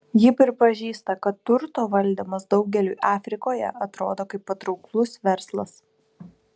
ji pripažįsta kad turto valdymas daugeliui afrikoje atrodo kaip patrauklus verslas